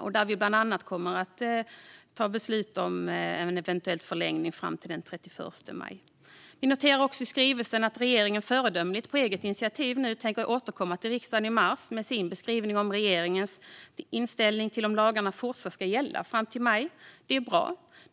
om bland annat en förlängning fram till den 31 maj. Vi noterar också att regeringen föredömligt och på eget initiativ tänker återkomma till riksdagen i mars med sin beskrivning av regeringens inställning till om lagarna ska fortsätta gälla till och med maj, vilket är bra.